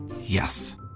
Yes